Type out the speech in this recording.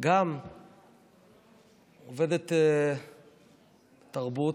גם עובדת תרבות,